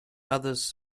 others